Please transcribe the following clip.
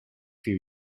few